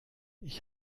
ich